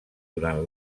durant